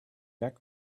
back